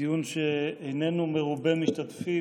בדיון שאיננו מספיק